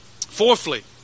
Fourthly